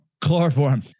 Chloroform